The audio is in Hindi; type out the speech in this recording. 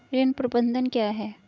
ऋण प्रबंधन क्या है?